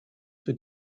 für